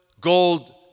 gold